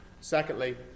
Secondly